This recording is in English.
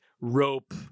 rope